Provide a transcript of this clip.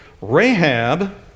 Rahab